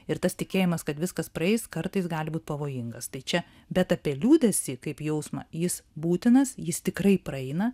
ir tas tikėjimas kad viskas praeis kartais gali būt pavojingas tai čia bet apie liūdesį kaip jausmą jis būtinas jis tikrai praeina